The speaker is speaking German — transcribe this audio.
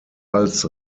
als